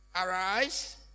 Arise